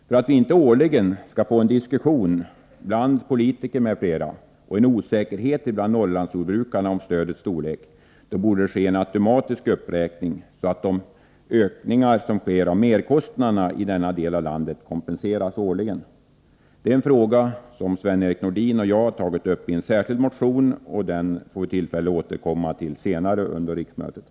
För att vi inte årligen skall få en diskussion bland politiker m.fl. och en osäkerhet bland Norrlandsjordbrukarna om stödets storlek borde det ske en automatisk uppräkning, så att de ökade merkostnaderna i denna del av ärendet kompenseras årligen. Det är en fråga som Sven-Erik Nordin och jag tagit uppi en särskild motion, och den får vi tillfälle att återkomma till senare under riksmötet.